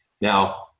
Now